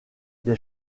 des